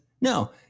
No